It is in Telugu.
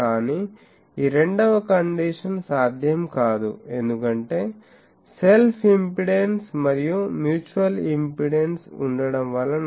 కానీ ఈ రెండవ కండిషన్ సాధ్యం కాదు ఎందుకంటే సెల్ఫ్ ఇంపెడెన్స్ మరియు మ్యూచువల్ ఇంపెడెన్స్ ఉండడం వలన